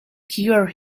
cure